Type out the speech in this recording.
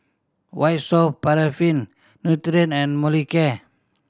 White Soft Paraffin Nutren and Molicare